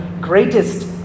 greatest